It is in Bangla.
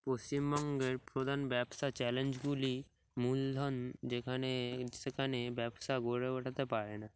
পশ্চিমবঙ্গের প্রধান ব্যবসা চ্যালেঞ্জগুলি মূলধন যেখানে সেখানে ব্যবসা গড়ে ওঠাতে পারে না